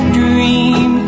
dream